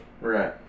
Right